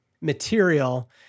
material